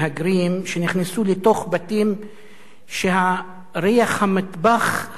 לתוך בתים כשריח המטבח עדיין היה חם.